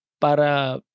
para